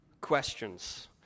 questions